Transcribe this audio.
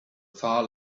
far